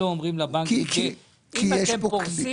כי ברור שזה כך.